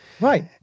right